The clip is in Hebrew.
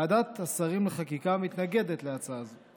ועדת השרים לחקיקה מתנגדת להצעה זו.